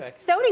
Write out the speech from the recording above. ah so do you,